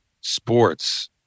sports